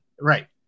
Right